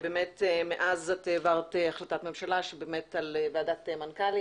באמת מאז העברת החלטת ממשלה על ועדת מנכ"לים